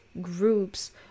groups